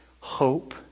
Hope